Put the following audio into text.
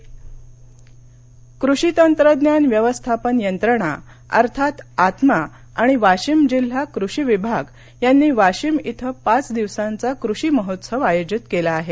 प्रदर्शन वाशिम कृषी तंत्रज्ञान व्यवस्थापन यंत्रणा अर्थात् आत्मा आणि वाशिम जिल्हा कृषी विभाग यांनी वाशिम इथं पाच दिवसांचा कृषी महोत्सव आयोजित केला आहे